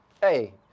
Hey